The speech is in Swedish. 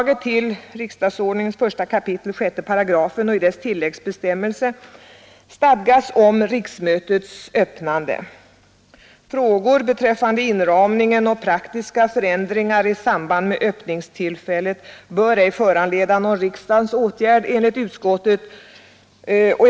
68 och dess tilläggsbestämmelse i förslaget till riksdagsordning stadgas om riksmötets öppnande. Förslag beträffande inramningen och praktiska förändringar i samband med öppningstillfället bör enligt utskottet ej föranleda någon riksdagens åtgärd.